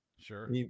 Sure